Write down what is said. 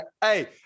hey